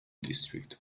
district